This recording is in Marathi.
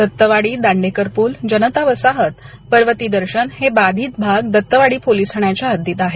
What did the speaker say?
दत्तवाडी दांडेकर पुल जनता वसाहत पार्वती दर्शन हे बाधित भाग दत्तवाडी पोलीस ठाण्याच्या हद्दीत आहेत